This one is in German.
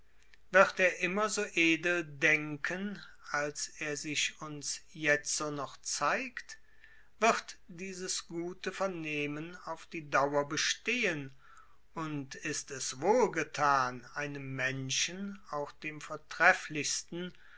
wird er immer so edel denken als er sich uns jetzo noch zeigt wird dieses gute vernehmen auf die dauer bestehen und ist es wohlgetan einem menschen auch dem vortrefflichsten